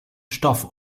stoff